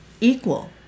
equal